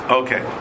okay